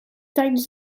tijdens